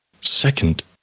Second